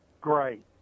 Great